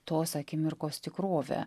tos akimirkos tikrovę